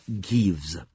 gives